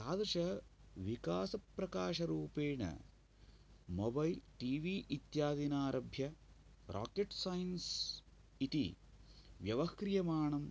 तादृशविकासप्रकाशरूपेण mobile T V इत्यादिनारभ्य rocket science इति व्यवह्रियमाणं